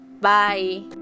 Bye